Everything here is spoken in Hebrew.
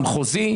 במחוזי,